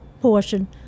portion